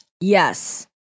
Yes